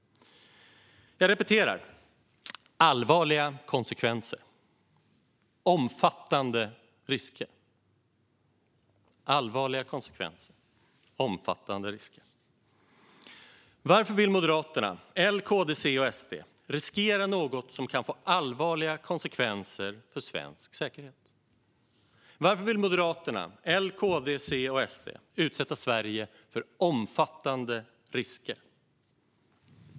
Jag repeterar: Allvarliga konsekvenser. Omfattande risker. Varför vill Moderaterna, L, KD, C och SD riskera något som kan få allvarliga konsekvenser för svensk säkerhet? Varför vill Moderaterna, L, KD, C och SD utsätta Sverige för omfattande risker?